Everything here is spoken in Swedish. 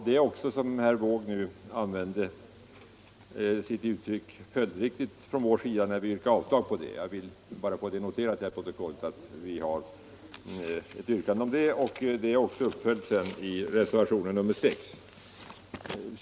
Det är, för att använda samma uttryck som herr Wååg begagnade nyss, följdriktigt när vi yrkar avslag på den delen av anslaget. Jag vill notera till protokollet att vi har ett motionsyrkande om det som följts upp i reservationen 6.